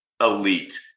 elite